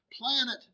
planet